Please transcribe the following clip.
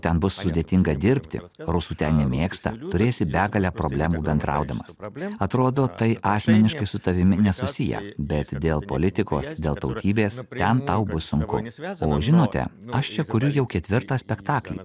ten bus sudėtinga dirbti rusų ten nemėgsta turėsi begalę problemų bendraudamas atrodo tai asmeniškai su tavimi nesusiję bet dėl politikos dėl tautybės ten tau bus sunku o žinote aš čia kuriu jau ketvirtą spektaklį